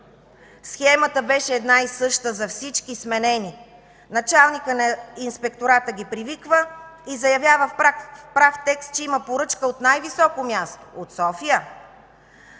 Схемата беше една и съща за всички сменени. Началникът на Инспектората ги привиква и заявява в прав текст, че има поръчка от най-високо място – от София,